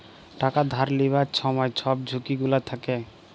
টাকা ধার লিবার ছময় ছব ঝুঁকি গুলা থ্যাকে